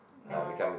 no ah